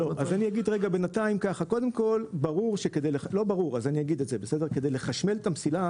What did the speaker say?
אני אגיד כך: קודם כל, כדי לחשמל את המסילה